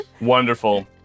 Wonderful